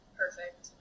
perfect